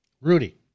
rudy